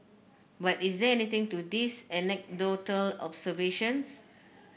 but is there anything to these anecdotal observations